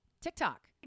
TikTok